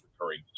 recurring